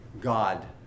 God